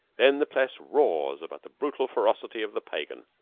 then the press roars about the brutal ferocity of the pagan.